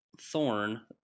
Thorn